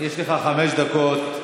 יש לך חמש דקות.